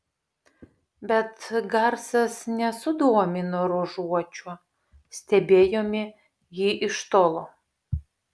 bet garsas nesudomino ruožuočio stebėjome jį iš tolo